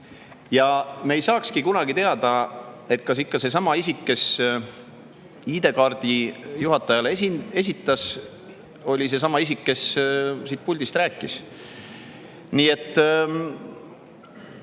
Ja me ei saaks kunagi teada, kas see isik, kes ID-kaardi juhatajale esitas, oli ikka seesama isik, kes siin puldis rääkis. Nii et